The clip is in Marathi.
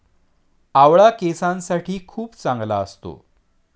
आवळा केसांसाठी खूप चांगला असतो